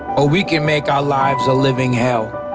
ah we can make our lives a living hell.